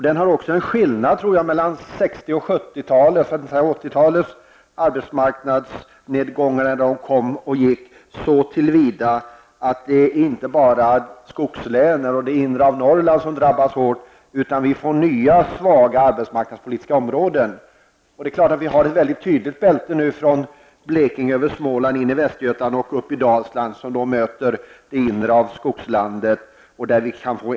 Det är också en skillnad, tror jag, gentemot 60 och 70-talets, för att inte säga 80-talets, arbetsmarknadsnedgångar när de kom och gick, så till vida att det inte bara är skogslänen och det inre av Norrland som drabbas hårt, utan vi får nya arbetsmarknadspolitiskt svaga områden. Vi har nu ett väldigt tydligt bälte från Blekinge över Småland in i Västergötland och upp i Dalsland, som möter det inre av skogslandet.